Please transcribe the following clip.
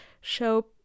show